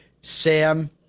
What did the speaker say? Sam